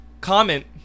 Comment